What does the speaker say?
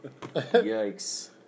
Yikes